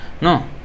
No